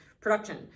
production